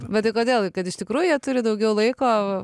bet tai kodėl kad iš tikrųjų jie turi daugiau laiko